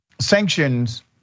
sanctions